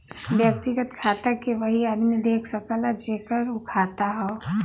व्यक्तिगत खाता के वही आदमी देख सकला जेकर उ खाता हौ